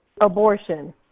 abortion